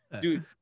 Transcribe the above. Dude